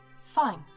Fine